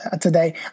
today